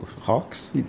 Hawks